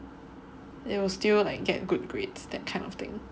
you will still get good grades that kind of thing